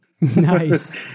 Nice